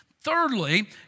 Thirdly